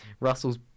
Russell's